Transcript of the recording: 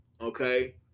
okay